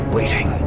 Waiting